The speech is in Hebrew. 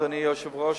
אדוני היושב-ראש,